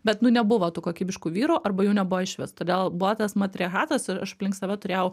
bet nu nebuvo tų kokybiškų vyrų arba jų nebuvo išvis todėl buvo tas matriarchatas ir aš aplink save turėjau